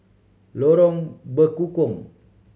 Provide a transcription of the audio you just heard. Lorong Bekukong